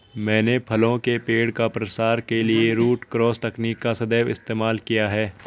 मैंने फलों के पेड़ का प्रसार के लिए रूट क्रॉस तकनीक का सदैव इस्तेमाल किया है